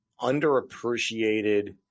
underappreciated